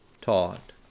Taught